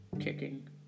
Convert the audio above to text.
kicking